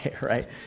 right